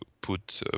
put